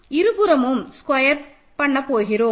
இருபுறமும் ஸ்கொயர் பண்ண போகிறோம்